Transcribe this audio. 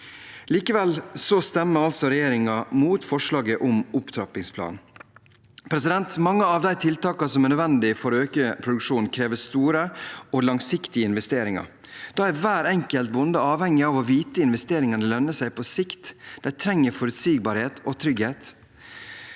Likevel stemmer altså regjeringen mot forslaget om opptrappingsplan. Mange av de tiltakene som er nødvendig for å øke produksjonen, krever store og langsiktige investeringer. Da er hver enkelt bonde avhengig av å vite om investeringene lønner seg på sikt. De trenger forutsigbarhet og trygghet.